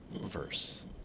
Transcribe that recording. verse